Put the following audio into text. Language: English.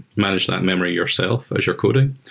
manage that memory yourself as you're coding.